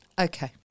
Okay